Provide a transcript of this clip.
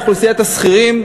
אוכלוסיית השכירים,